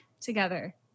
together